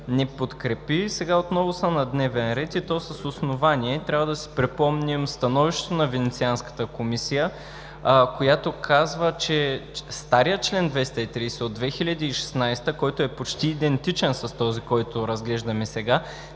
не подкрепи, сега отново са на дневен ред и то с основание. Трябва да си припомним становището на Венецианската комисия, която казва, че старият чл. 230 от 2016 г., който е почти идентичен с този, който разглеждаме сега,